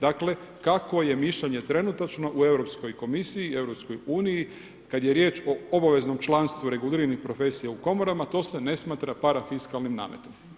Dakle kakvo je mišljenje trenutačno u Europskoj komisiji, Europskoj uniji kada je riječ o obaveznom članstvu i reguliranim profesijama u komorama, to se ne smatra parafiskalnim nametom.